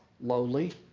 lowly